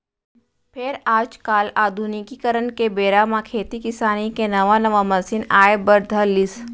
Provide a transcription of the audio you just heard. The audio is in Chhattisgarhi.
फेर आज काल आधुनिकीकरन के बेरा म खेती किसानी के नवा नवा मसीन आए बर धर लिस